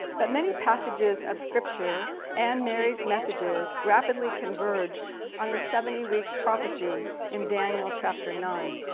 but many passages of scripture and mary's messages rapidly converged on the seventy weeks prophecy in daniel chapter nine.